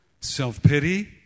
self-pity